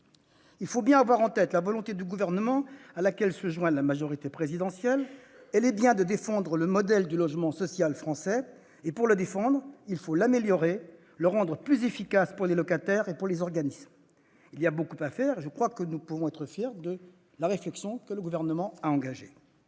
il faut bien avoir en tête la volonté du Gouvernement que partage la majorité présidentielle : elle est bien de défendre le modèle du logement social français. Et pour ce faire, il faut améliorer ce modèle, le rendre plus efficace pour les locataires et pour les organismes. Il y a beaucoup à faire. Je pense que nous pouvons être fiers de la réflexion engagée par le Gouvernement.